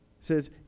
says